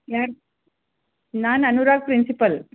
ಯಾರು ನಾನು ಅನುರಾಗ್ ಪ್ರಿನ್ಸಿಪಲ್